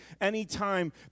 anytime